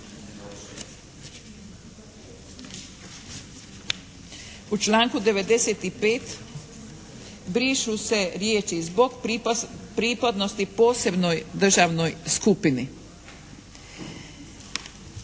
U članku 95. brišu se riječi "zbog pripadnosti posebnoj državnoj skupini".